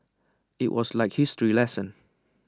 IT was like history lesson